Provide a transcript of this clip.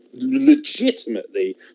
Legitimately